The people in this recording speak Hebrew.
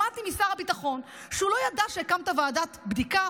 שמעתי משר הביטחון שהוא לא ידע שהקמת ועדת בדיקה,